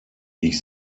ich